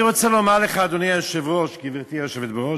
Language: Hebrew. אני רוצה לומר לך, גברתי היושבת-ראש,